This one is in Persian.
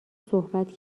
صحبت